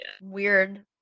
weird